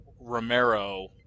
Romero